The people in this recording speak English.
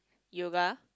Yoga